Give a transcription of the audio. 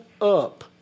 up